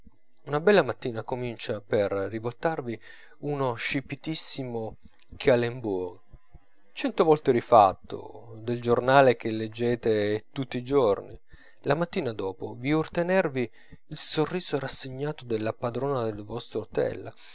una bella mattina comincia per rivoltarvi uno scipitissimo calembourg cento volte rifatto del giornale che leggete tutti i giorni la mattina dopo vi urta i nervi il sorriso rassegato della padrona del vostro htel